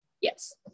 Yes